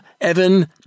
Evan